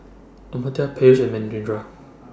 Amartya Peyush and Manindra